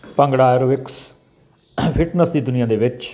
bhangra aerobics fitness ਦੀ ਦੁਨੀਆ ਦੇ ਵਿੱਚ